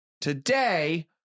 today